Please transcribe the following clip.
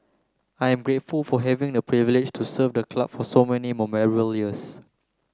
I am grateful for having the privilege to serve the club for so many years